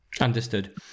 Understood